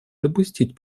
допустить